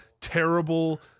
terrible